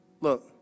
Look